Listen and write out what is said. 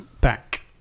back